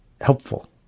helpful